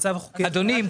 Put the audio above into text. אדוני,